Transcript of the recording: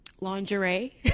lingerie